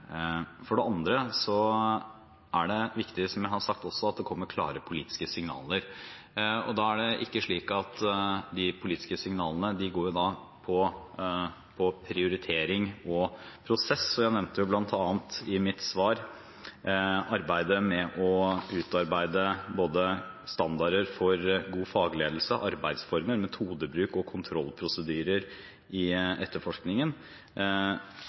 For det andre er det viktig – som jeg også har sagt – at det kommer klare politiske signaler, og de politiske signalene går på prioritering og prosess. Jeg nevnte i mitt svar bl.a. arbeidet med å utarbeide standarder for både god fagledelse, arbeidsformer, metodebruk og kontrollprosedyrer i etterforskningen.